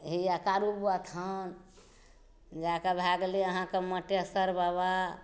हैया कारू बाबा थान जाए के भए गेलै अहाँकेॅं मटेश्वर बाबा